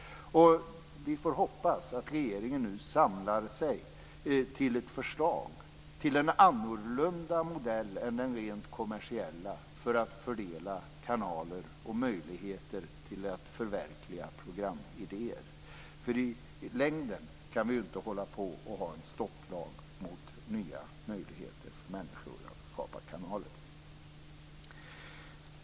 Vi får hoppas att regeringen nu samlar sig till ett förslag om en annorlunda modell än den rent kommersiella för att fördela kanaler och möjligheter att förverkliga programidéer. I längden kan vi ju inte ha en stopplag mot nya möjligheter för människor att skapa kanaler.